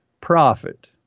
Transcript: profit